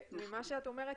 ממה שאת אומרת,